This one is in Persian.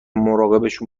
مراقبشون